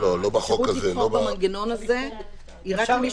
האפשרות לבחור במנגנון הזה היא רק למי